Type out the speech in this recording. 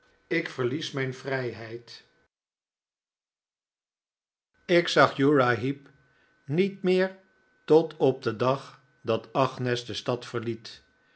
ik verlies mijn vrijheid ik zag uriah heep niet meer tot op den dag dat agnes de stad verliet